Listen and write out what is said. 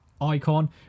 Icon